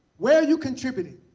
where are you contributing?